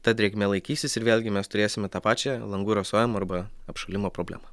ta drėgmė laikysis ir vėlgi mes turėsime tą pačią langų rasojimo arba apšalimo problemą